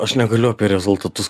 negaliu apie rezultatus